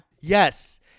yes